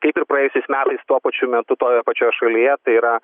kaip ir praėjusiais metais tuo pačiu metu toje pačioj šalyje tai yra